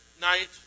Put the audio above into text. night